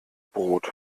brot